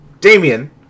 Damien